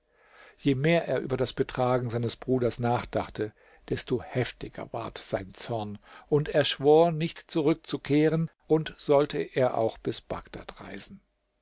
je mehr er über das betragen seines bruders nachdachte desto heftiger ward sein zorn und er schwor nicht zurückzukehren und sollte er auch bis bagdad reisen